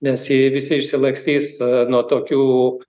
nes jie visi išsilakstys nuo tokių